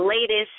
latest